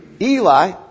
Eli